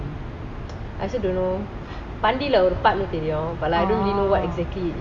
I also don't know பாண்டிய ஒரு பள்ளு தெரியும்:pandila oru pallu teriyum but I don't really know what exactly it is